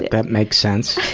that makes sense.